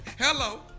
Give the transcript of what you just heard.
Hello